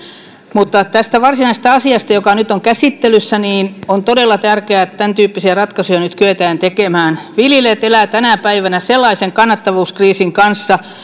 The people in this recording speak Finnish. mutta tästä varsinaisesta asiasta joka nyt on käsittelyssä on todella tärkeää että tämäntyyppisiä ratkaisuja nyt kyetään tekemään viljelijät elävät tänä päivänä sellaisen kannattavuuskriisin kanssa